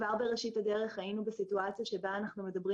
כבר בראשית הדרך היינו בסיטואציה שבה אנחנו מדברים